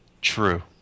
true